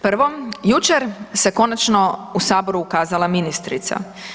Prvo, jučer se konačno u Saboru ukazala ministrica.